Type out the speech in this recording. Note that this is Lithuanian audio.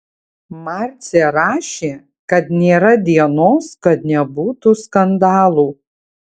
marcė rašė kad nėra dienos kad nebūtų skandalų